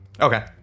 Okay